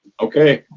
okay.